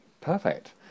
Perfect